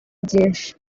byinshi